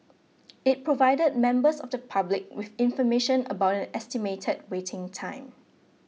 it provided members of the public with information about an estimated waiting time